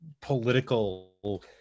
political